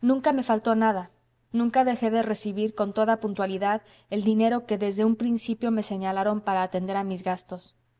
nunca me faltó nada nunca dejé de recibir con toda puntualidad el dinero que desde un principio me señalaron para atender a mis gastos